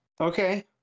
okay